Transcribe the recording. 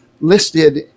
listed